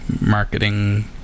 marketing